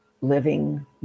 living